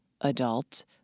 adult